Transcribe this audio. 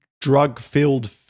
drug-filled